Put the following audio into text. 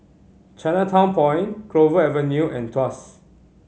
Chinatown Point Clover Avenue and Tuas